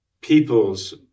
Peoples